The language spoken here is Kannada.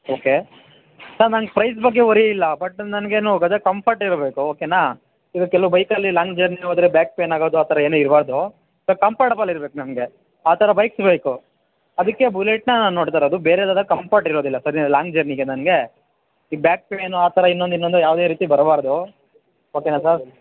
ಓಕೆ ಸರ್ ನನಗೆ ಪ್ರೈಸ್ ಬಗ್ಗೆ ವರಿ ಇಲ್ಲ ಬಟ್ ನನಗೇನು ಅದೇ ಕಂಫರ್ಟ್ ಇರಬೇಕು ಓಕೆನಾ ಈಗ ಕೆಲವು ಬೈಕಲ್ಲಿ ಲಾಂಗ್ ಜರ್ನಿ ಹೋದರೆ ಬ್ಯಾಕ್ ಪೇನ್ ಆಗೋದು ಆ ಥರ ಏನೂ ಇರಬಾರದು ಸರ್ ಕಂಫರ್ಟೇಬಲ್ ಇರಬೇಕು ನಮಗೆ ಆ ಥರ ಬೈಕ್ ಬೇಕು ಅದಕ್ಕೆ ಬುಲೆಟನ್ನ ನಾನು ನೋಡ್ತಾ ಇರೋದು ಬೇರೆದಾದರೆ ಕಂಫರ್ಟ್ ಇರೋದಿಲ್ಲ ಸರ್ ಲಾಂಗ್ ಜರ್ನಿಗೆ ನನಗೆ ಈ ಬ್ಯಾಕ್ ಪೇನು ಆ ಥರ ಇನ್ನೊಂದು ಇನ್ನೊಂದು ಯಾವುದೇ ರೀತಿ ಬರಬಾರದು ಓಕೆನಾ ಸರ್